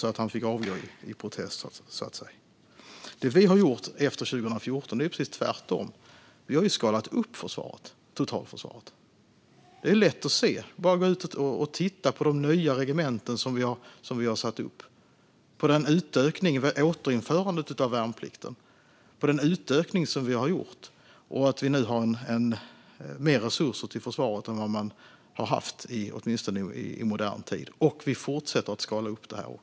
Det som vi har gjort efter 2014 är precis tvärtom. Vi har skalat upp totalförsvaret. Det är lätt att se. Det är bara att gå ut och titta på de nya regementen som vi har satt upp, på återinförandet av värnplikten och på den utökning som vi har gjort. Vi har nu mer resurser till försvaret än vad man har haft i modern tid, och vi fortsätter att skala upp.